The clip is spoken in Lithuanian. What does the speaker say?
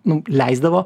nu leisdavo